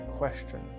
question